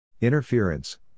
Interference